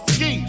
Ski